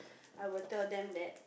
I would tell them that